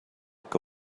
que